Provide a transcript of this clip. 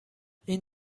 این